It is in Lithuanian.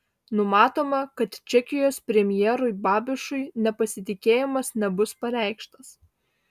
numatoma kad čekijos premjerui babišui nepasitikėjimas nebus pareikštas